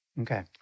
Okay